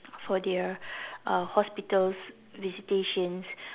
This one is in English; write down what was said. for their uh hospital visitations